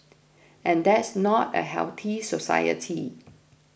and that's not a healthy society